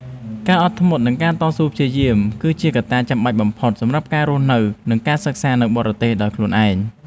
ការអត់ធ្មត់និងការតស៊ូព្យាយាមគឺជាកត្តាចាំបាច់បំផុតសម្រាប់ការរស់នៅនិងសិក្សានៅបរទេសដោយខ្លួនឯង។